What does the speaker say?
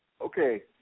Okay